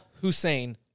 Hussein